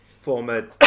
former